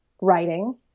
writing